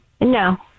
No